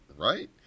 right